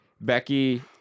Becky